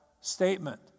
statement